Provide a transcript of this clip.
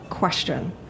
question